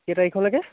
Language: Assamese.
কেই তাৰিখলৈকে